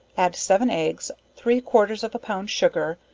add seven eggs, three quarters of a pound sugar,